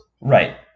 Right